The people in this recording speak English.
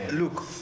Look